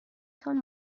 تان